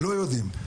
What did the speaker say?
לא יודעים.